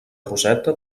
roseta